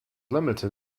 limited